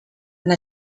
and